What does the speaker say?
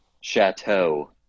chateau